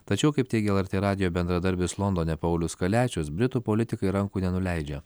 tačiau kaip teigė lrt radijo bendradarbis londone paulius kaliačius britų politikai rankų nenuleidžia